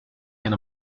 can